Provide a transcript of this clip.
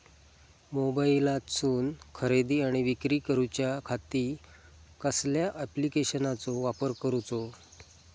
मोबाईलातसून खरेदी आणि विक्री करूच्या खाती कसल्या ॲप्लिकेशनाचो वापर करूचो?